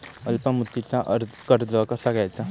अल्प मुदतीचा कर्ज कसा घ्यायचा?